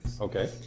Okay